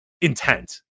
intent